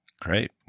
Great